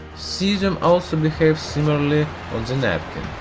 cesium also behaves similarly on the napkin.